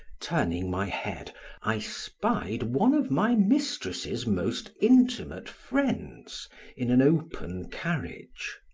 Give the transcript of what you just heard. turning my head i spied one of my mistress's most intimate friends in an open carriage.